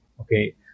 Okay